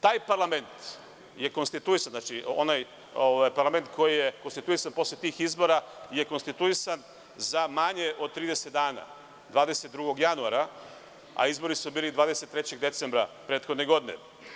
Taj parlament je konstituisan, koji je konstituisan posle tih izbora je konstituisan za manje od 30 dana i to od 22. januara, a izbori su bili 23. decembra prethodne godine.